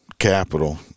Capital